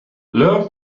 learn